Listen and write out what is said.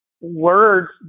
words